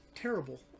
terrible